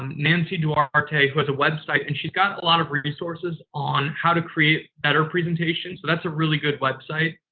um nancy duarte, who has a website, and she's got a lot of resources on how to create better presentations. so, that's a really good website,